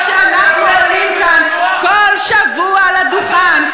כשאנחנו עולים בכל שבוע לדוכן,